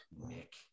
Nick